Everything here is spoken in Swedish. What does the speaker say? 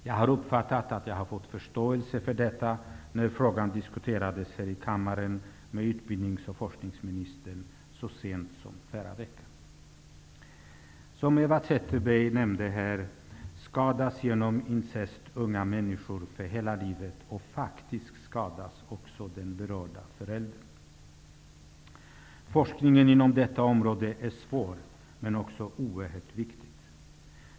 Jag har uppfattat att jag har fått förståelse för detta när frågan diskuterades här i kammaren med utbildnings och forskningsministern så sent som förra veckan. Som Eva Zetterberg nämnde skadas unga människor genom incest för hela livet, och faktiskt skadas också den berörda föräldern. Forskningen inom detta område är svår, men också oerhört viktig.